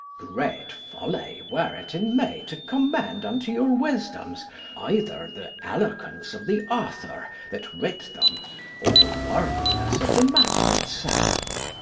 great folly were it in me to commend unto your wisdoms either the eloquence of the author that writ them or the worthiness of the matter itself.